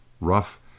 Rough